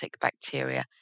bacteria